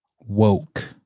Woke